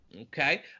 Okay